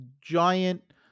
giant